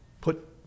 put